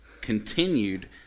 continued